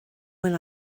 when